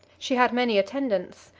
she had many attendants,